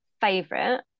favorite